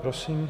Prosím.